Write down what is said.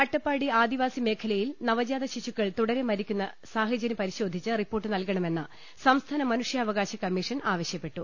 അട്ടപ്പാടി ആദിവാസി മേഖലയിൽ നവജാത ശിശുക്കൾ തുടരെ മരി ക്കുന്ന സാഹചര്യം പരിശോധിച്ച് റിപ്പോർട്ട് നൽകണമെന്ന് സംസ്ഥാന മനുഷ്യാവകാശ കമ്മീഷൻ ആവശ്യപ്പെട്ടു